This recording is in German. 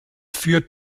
führt